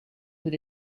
with